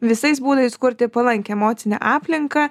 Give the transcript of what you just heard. visais būdais kurti palankią emocinę aplinką